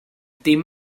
dim